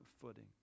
footing